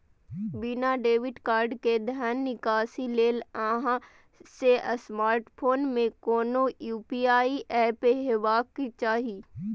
बिना debit card के धन निकासी लेल अहां के स्मार्टफोन मे कोनो यू.पी.आई एप हेबाक चाही